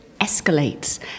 escalates